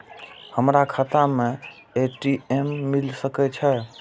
हमर खाता में ए.टी.एम मिल सके छै?